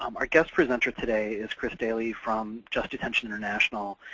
um our guest presenter today is chris daley from just detention international,